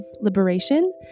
liberation